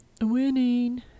winning